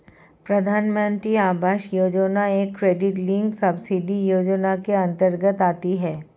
प्रधानमंत्री आवास योजना एक क्रेडिट लिंक्ड सब्सिडी योजना के अंतर्गत आती है